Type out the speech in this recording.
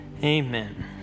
Amen